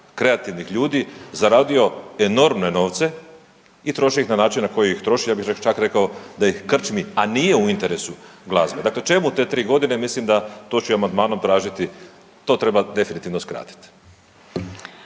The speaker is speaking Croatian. kreativnih ljudi zaradio enormne novce i troši ih na način na koji ih troši, ja bih čak rekao da ih krčmi, a nije u interesu glazbe, dakle čemu te 3.g., mislim da, to ću i amandmanom tražiti, to treba definitivno skratit.